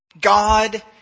God